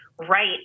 Right